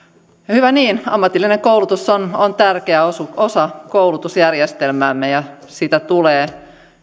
hyvä niin ammatillinen koulutus on on tärkeä osa osa koulutusjärjestelmäämme ja sitä tulee